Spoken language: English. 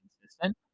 consistent